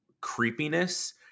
creepiness